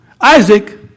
Isaac